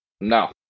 no